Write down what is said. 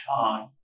time